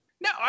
No